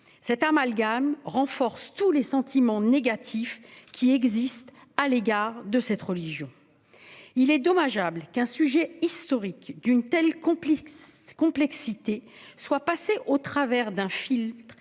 Cet amalgame renforce tous les sentiments négatifs qui existent à l'égard de la religion musulmane. Il est dommage qu'un sujet historique d'une telle complexité soit passé au travers d'un filtre